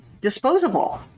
disposable